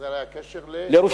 לארץ-ישראל אלא היה קשר, לירושלים.